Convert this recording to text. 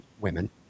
women